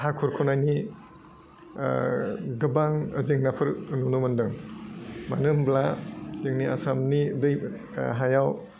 हा खुरख'नायनि गोबां जेंनाफोर नुनो मोनदों मानो होनब्ला जोंनि आसामनि दै हायाव